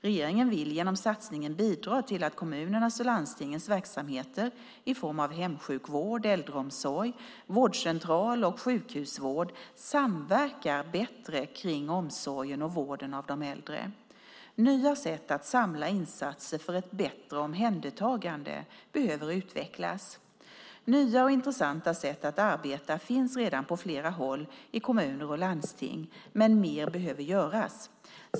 Regeringen vill genom satsningen bidra till att kommunernas och landstingens verksamheter i form av hemsjukvård, äldreomsorg, vårdcentral och sjukhusvård samverkar bättre kring omsorgen och vården av de äldre. Nya sätt att samla insatser för ett bättre omhändertagande behöver utvecklas. Nya och intressanta sätt att arbeta finns redan på flera håll i kommuner och landsting, men mer behöver göras.